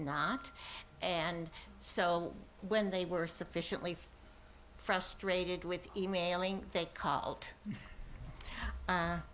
not and so when they were sufficiently frustrated with emailing they call